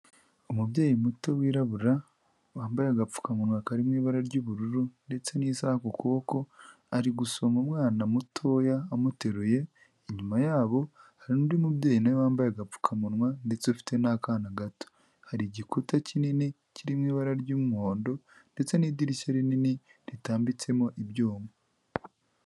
Umubyeyi muto wirabura, wambaye agapfukamunwa kari mu ibara ry'ubururu ndetse n'isaha ku kuboko, ari gusoma umwana mutoya amuteruye, inyuma yabo, hari undi mubyeyi na we wambaye agapfukamunwa ndetse ufite n'akana gato. Hari igikuta kinini kirimo ibara ry'umuhondo ndetse n'idirishya rinini ritambitsemo ibyuma.